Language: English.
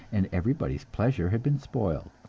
and everybody's pleasure had been spoiled.